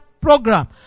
program